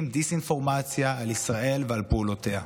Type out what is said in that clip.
דיסאינפורמציה על ישראל ועל פעולותיה.